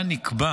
שבה נקבע